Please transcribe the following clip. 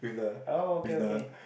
oh okay okay